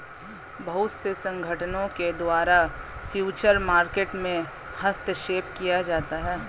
बहुत से संगठनों के द्वारा फ्यूचर मार्केट में हस्तक्षेप किया जाता है